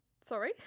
Sorry